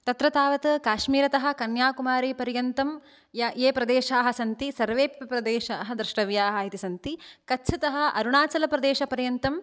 तत्र तावद् काश्मीरतः कन्याकुमारीपर्यन्तं य ये प्रेदेशाः सन्ति सर्वे अपि प्रदेशाः द्रष्टव्याः इति सन्ति कच्छतः अरुणाचलप्रदेशपर्यन्तं